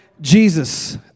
Jesus